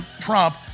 Trump